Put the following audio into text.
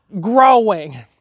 growing